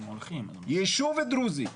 'ישוב דרוזי'.